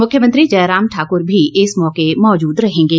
मुख्यमंत्री जयराम ठाकुर भी इस मौके मौजूद रहेंगे